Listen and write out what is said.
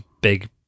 big